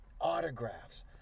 Autographs